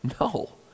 No